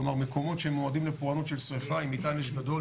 כלומר מקומות שמועדים לפורענות של שריפה עם מטען אש גדול,